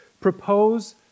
propose